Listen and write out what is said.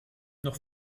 noch